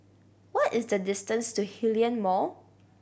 what is the distance to Hillion Mall